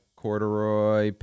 corduroy